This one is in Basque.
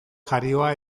jarioa